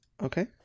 Okay